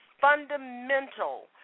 fundamental